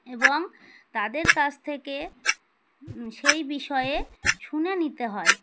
এবং তাদের কাছ থেকে সেই বিষয়ে শুনে নিতে হয়